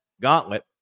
gauntlet